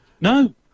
No